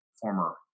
former